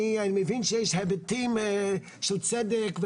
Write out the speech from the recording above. אני מבין שיש היבטים של צדק,